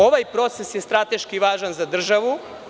Ovaj proces je strateški važan za državu.